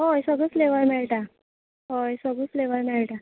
हय सगळो फ्लेवर मेळटा हय सगळो फ्लेवर मेळटा